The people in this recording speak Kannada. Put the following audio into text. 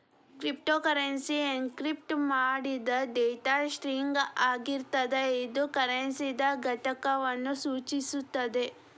ಕ್ರಿಪ್ಟೋಕರೆನ್ಸಿ ಎನ್ಕ್ರಿಪ್ಟ್ ಮಾಡಿದ್ ಡೇಟಾ ಸ್ಟ್ರಿಂಗ್ ಆಗಿರ್ತದ ಇದು ಕರೆನ್ಸಿದ್ ಘಟಕವನ್ನು ಸೂಚಿಸುತ್ತದೆ